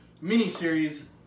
mini-series